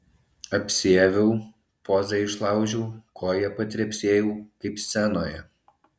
apsiaviau pozą išlaužiau koja patrepsėjau kaip scenoje